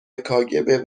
کاگب